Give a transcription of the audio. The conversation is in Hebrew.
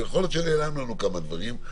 יכול להיות שנעלמו לנו כמה דברים,